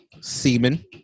semen